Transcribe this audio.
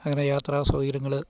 അങ്ങനെ യാത്ര സൗകര്യങ്ങൾ